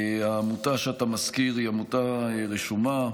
העמותה שאתה מזכיר היא עמותה רשומה.